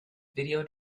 video